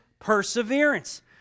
Perseverance